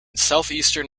southeastern